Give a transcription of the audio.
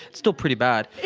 still pretty bad.